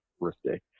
birthday